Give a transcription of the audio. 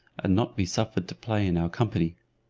and not be suffered to play in our company.